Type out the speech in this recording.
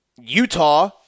Utah